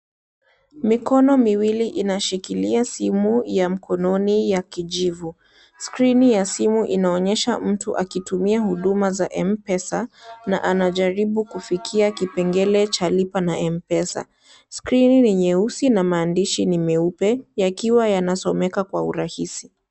Mikono miwili inashikilia simu ya mkononi ya kijivu. Screen ya simu inaonyesha mtu akitumia huduma za mpesa, na anajaribu kufikia kipengele cha lipa na mpesa. screen ni nyeusi, na maandishi ni meupe yakiwa yanasomeka kwa urahisi.